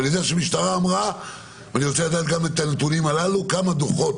ואני רוצה לדעת גם את הנתונים האלה, כמה דוחות